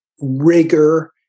rigor